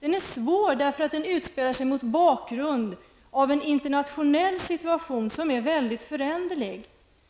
Den är svår därför att den utspelar sig mot bakgrund av en väldigt föränderlig internationell situation.